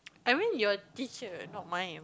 I mean your teacher not mine